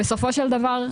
בסופו של דבר,